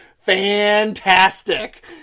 fantastic